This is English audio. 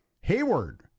Hayward